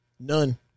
None